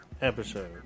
Episode